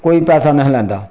कोई पैसा निहा लैंदा